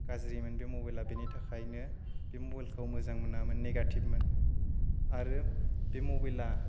गाज्रिमोन बे मबाइला बेनि थाखायनो बे मबाइलखौ मोजां मोनामोन नेगेटिभमोन आरो बे मबाइला